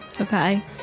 okay